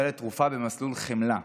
ענת מקבלת תרופה במסלול חמלה.